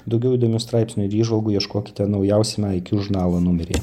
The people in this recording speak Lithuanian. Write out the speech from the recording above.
daugiau įdomių straipsnių ir įžvalgų ieškokite naujausiame iq žurnalo numeryje